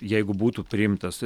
jeigu būtų priimtas